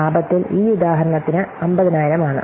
ലാഭത്തിൽ ഈ ഉദാഹരണത്തിന് 50000 ആണ്